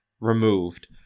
removed